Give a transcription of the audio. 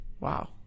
Wow